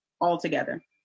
altogether